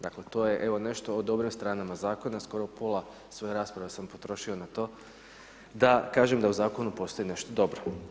Dakle, to je evo nešto o dobrim stranama Zakona, skoro pola svoje rasprave sam potrošio na to da kažem da u Zakonu postoji nešto dobro.